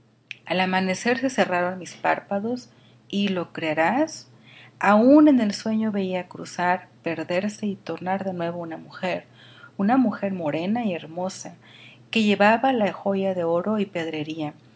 al amanecer se cerraron mis párpados y lo creerás aún en el sueño veía cruzar perderse y tornar de nuevo una mujer una mujer morena y hermosa que llevaba la joya de oro y de pedrería